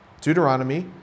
Deuteronomy